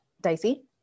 Dicey